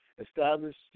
established